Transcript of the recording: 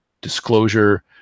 disclosure